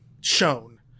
shown